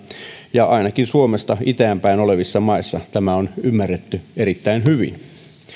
ja ainakin suomesta itään päin olevissa maissa tämä on ymmärretty erittäin hyvin